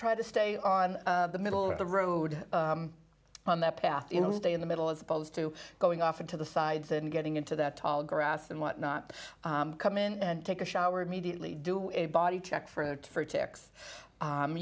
try to stay on the middle of the road on that path you know stay in the middle as opposed to going off into the sides and getting into that tall grass and whatnot come in and take a shower immediately do it body